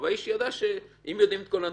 ואם יודעים את כל הנתונים,